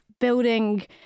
building